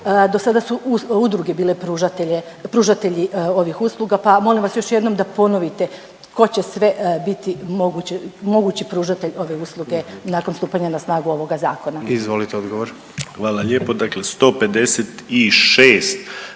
do sada su udruge bile pružatelji ovih usluga, pa molim vas još jednom da ponovite tko će sve biti mogući pružatelj ove usluge nakon stupanja na snagu ovoga zakona. **Jandroković, Gordan